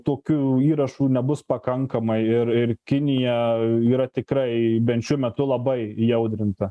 tokių įrašų nebus pakankamai ir ir kinija yra tikrai bent šiuo metu labai įaudrinta